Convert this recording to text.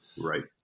right